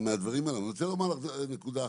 אני רוצה לומר נקודה אחת.